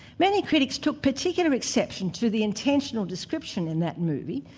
many critics took particular exception to the intentional description in that movie,